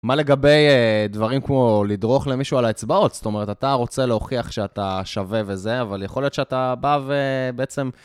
מה לגבי דברים כמו לדרוך למישהו על האצבעות? זאת אומרת, אתה רוצה להוכיח שאתה שווה וזה, אבל יכול להיות שאתה בא ובעצם...